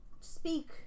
speak